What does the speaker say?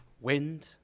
wind